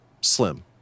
slim